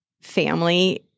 family